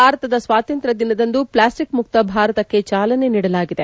ಭಾರತದ ಸ್ವಾತಂತ್ರ್ಯ ದಿನದಂದು ಪ್ಲಾಸ್ಟಿಕ್ ಮುಕ್ತ ಭಾರತಕ್ಕೆ ಚಾಲನೆ ನೀಡಲಾಗಿದೆ